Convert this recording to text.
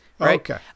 Okay